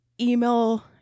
email